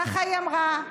ככה היא אמרה.